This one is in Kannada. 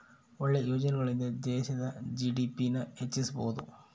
ಒಳ್ಳೆ ಯೋಜನೆಗಳಿಂದ ದೇಶದ ಜಿ.ಡಿ.ಪಿ ನ ಹೆಚ್ಚಿಸ್ಬೋದು